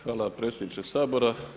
Hvala predsjedniče Sabora.